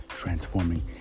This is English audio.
Transforming